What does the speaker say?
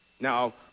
Now